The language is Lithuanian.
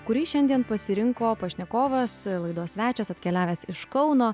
kurį šiandien pasirinko pašnekovas laidos svečias atkeliavęs iš kauno